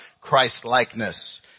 Christ-likeness